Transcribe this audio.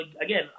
Again